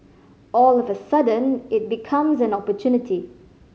all of a sudden it becomes an opportunity